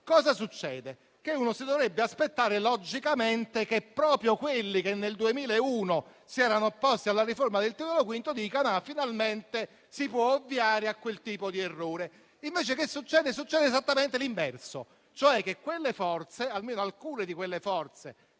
articoli, ci si dovrebbe aspettare logicamente che proprio quelli che nel 2001 si erano opposti alla riforma del Titolo V dicano che finalmente si può ovviare a quel tipo di errore. Succede invece esattamente l'inverso, cioè che almeno alcune di quelle forze